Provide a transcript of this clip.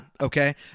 Okay